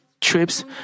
trips